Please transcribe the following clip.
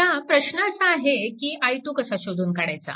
आता प्रश्न असा आहे की i2 कसा शोधून काढायचा